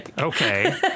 okay